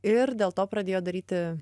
ir dėl to pradėjo daryti